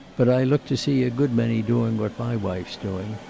but i look to see a good many doing what my wife's doing.